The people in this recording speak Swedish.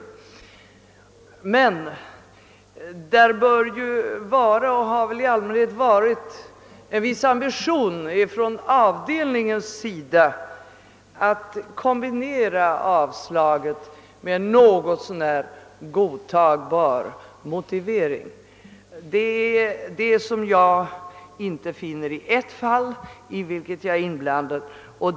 Avdelningen bör dock ha, och har väl i allmänhet haft, en viss ambition att kombinera avstyrkandet med en något så när godtagbar motivering. Det är den som jag inte finner i ett fall, i vilket jag är inblandad.